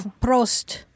Prost